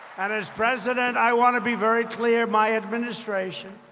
and as president, i want to be very clear my administration